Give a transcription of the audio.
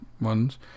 ones